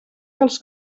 dels